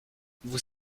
vous